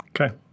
Okay